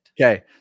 Okay